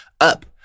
up